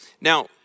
Now